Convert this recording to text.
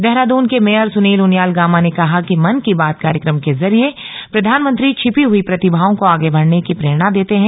देहरादन के मेयर सुनील उनियाल गामा ने कहा कि मन की बात कार्यक्रम के जरिए प्रधानमंत्री छिपी हुई प्रतिभाओं को आगे बढने की प्रेरणा देते हैं